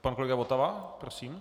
Pan kolega Votava, prosím.